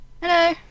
Hello